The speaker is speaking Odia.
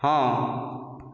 ହଁ